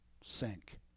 sink